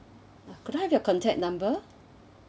could I have your contact number